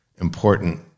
important